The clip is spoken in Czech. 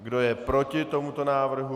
Kdo je proti tomuto návrhu?